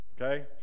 Okay